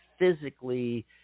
Physically